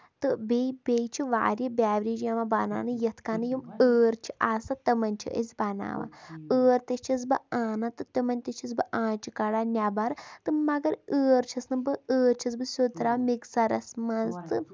تہٕ بیٚیہِ بیٚیہ چھِ واریاہ بیوریج یِوان بَناونہٕ یِتھ کٔنۍ یِم ٲر چھِ آسان تِمن چھِ أسۍ بَناوان ٲر تہِ چھس بہٕ انان تہٕ تِمن تہِ چھَس بہٕ آنچہِ کَڑان نٮ۪بر تہٕ مَگر ٲر چھَس نہٕ بہٕ آر چھَس بہٕ سیوٚد تراوان مِکسرس منٛز تہٕ